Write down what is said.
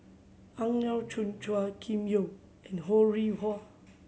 Ang Yau Choon Chua Kim Yeow and Ho Rih Hwa